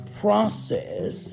process